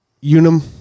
unum